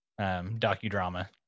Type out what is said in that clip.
docudrama